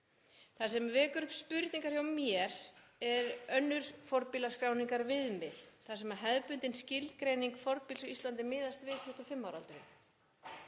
Það sem vekur upp spurningar hjá mér eru önnur fornbílaskráningarviðmið þar sem hefðbundin skilgreining fornbíls á Íslandi miðast við 25 ára aldur.